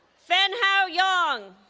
fanhao yang